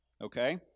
Okay